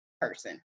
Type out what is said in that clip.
person